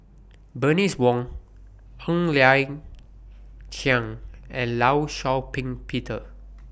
Bernice Wong Ng Liang Chiang and law Shau Ping Peter